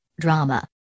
drama